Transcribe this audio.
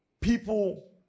people